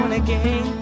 again